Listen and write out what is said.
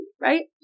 right